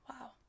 Wow